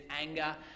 anger